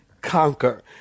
conquer